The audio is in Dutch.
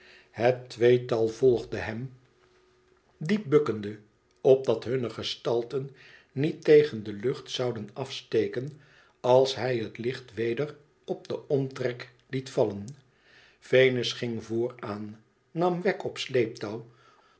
het tweetal volgde hem diep bukkende opdat hunne gestalten niet tegen de lucht zouden afsteken als hij het licht weder op den omtrek liet vallen venus ging vooraan nam wegg op sleeptouw